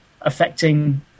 affecting